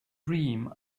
dream